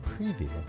preview